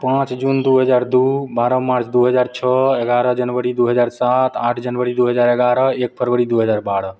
पाँच जून दुइ हजार दुइ बारह मार्च दुइ हजार छओ एगारह जनवरी दुइ हजार सात आठ जनवरी दुइ हजार एगारह एक फरवरी दुइ हजार बारह